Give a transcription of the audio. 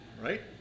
right